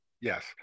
Yes